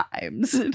times